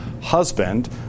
husband